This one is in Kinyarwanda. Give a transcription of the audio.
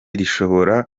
rishobora